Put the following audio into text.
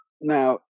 now